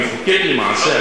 המחוקק למעשה,